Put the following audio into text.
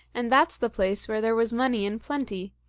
and that's the place where there was money in plenty,